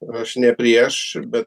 aš ne prieš be